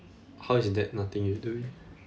how is that nothing you do